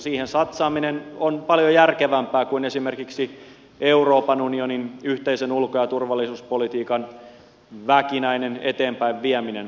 siihen satsaaminen on paljon järkevämpää kuin esimerkiksi euroopan unionin yhteisen ulko ja turvallisuuspolitiikan väkinäinen eteenpäin vieminen